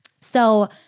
So-